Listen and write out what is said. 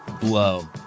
blow